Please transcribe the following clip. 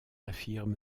affirme